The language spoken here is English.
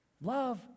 Love